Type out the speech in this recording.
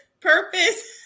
Purpose